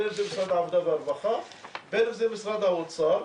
בין אם זה משרד העבודה והרווחה ובין אם זה משרד האוצר,